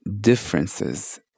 differences